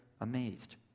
amazed